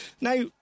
now